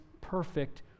perfect